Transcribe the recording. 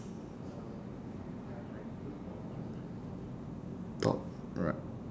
top alright